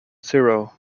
zero